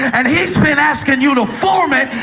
and he's been asking you to form it,